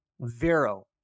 Vero